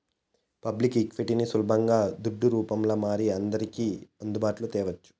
public ఈక్విటీని సులబంగా దుడ్డు రూపంల మారి అందర్కి అందుబాటులో తేవచ్చు